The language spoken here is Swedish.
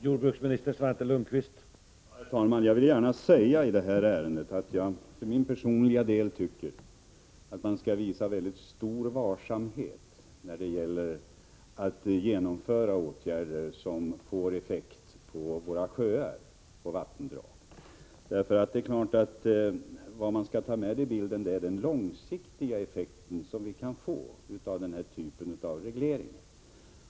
Herr talman! Jag vill beträffande detta ärende gärna säga att jag för min personliga del tycker att man skall visa mycket stor varsamhet när det gäller att vidta åtgärder som får effekt på våra sjöar och vattendrag. Vad man skall ta med i beräkningen är den långsiktiga effekt som vi kan få av denna typ av reglering.